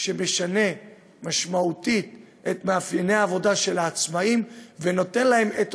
שמשנה משמעותית את מאפייני העבודה של העצמאים ונותן להם את